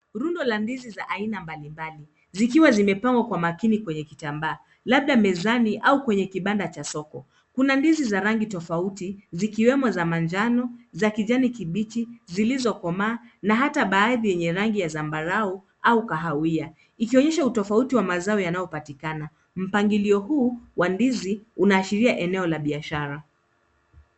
Rundo la ndizi za aina mbalimbali, zikiwa zimepangwa kwa makini kwenye kitambaa, labda mezani au kwenye kibanda cha soko. Kuna ndizi za rangi tofauti, zikiwemo za manjano, za kijani kibichi, zilizokomaa na hata baadhi yenye rangi ya zambarau au kahawia, ikionyesha utofauti ya mazao yanayoonekana. Mpangilio huu wa ndizi unaashiria eneo la biashara.